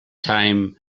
time